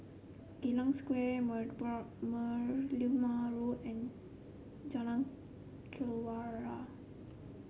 Geylang Square Merlimau Road and Jalan Kelawar